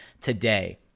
today